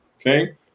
Okay